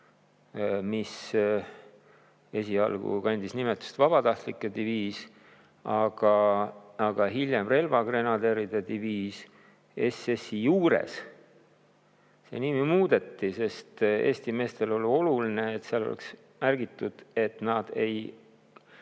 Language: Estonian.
mis esialgu kandis nimetust vabatahtlike diviis, aga hiljem relvagrenaderide diviis SS-i juures. Nime muudeti, sest Eesti meestele oli oluline, et oleks märgitud, et nad ei